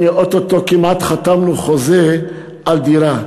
הנה, או-טו-טו כמעט חתמנו חוזה על דירה,